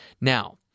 Now